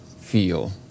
feel